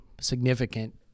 significant